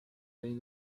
lane